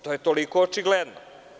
To je toliko očigledno.